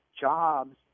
jobs